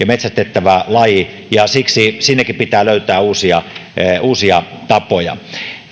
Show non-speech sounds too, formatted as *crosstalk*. *unintelligible* metsästettävä laji ja siksi sinnekin pitää löytää uusia uusia tapoja